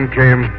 came